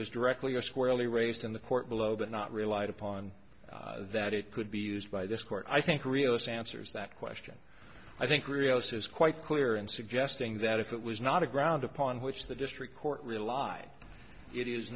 was directly or squarely raised in the court below but not relied upon that it could be used by this court i think realist answers that question i think rios is quite clear in suggesting that if it was not a ground upon which the district court relied it is